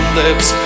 lips